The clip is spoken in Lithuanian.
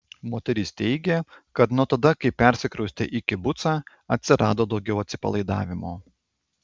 moteris teigė kad nuo tada kai persikraustė į kibucą atsirado daugiau atsipalaidavimo